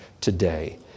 today